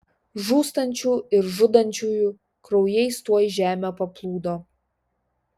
žūstančių ir žudančiųjų kraujais tuoj žemė paplūdo